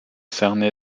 cerné